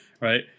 right